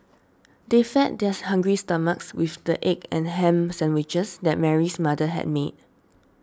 they fed their hungry stomachs with the egg and ham sandwiches that Mary's mother had made